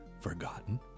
forgotten